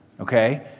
okay